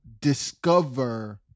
discover